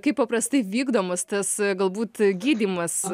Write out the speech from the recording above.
kaip paprastai vykdomas tas galbūt gydymas